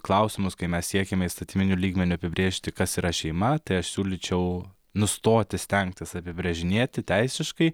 klausimus kai mes siekiame įstatyminiu lygmeniu apibrėžti kas yra šeima tai aš siūlyčiau nustoti stengtis apibrėžinėti teisiškai